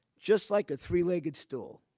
just like a three legged stool.